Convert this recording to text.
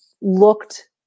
looked